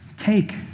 Take